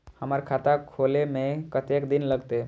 हमर खाता खोले में कतेक दिन लगते?